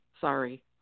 Sorry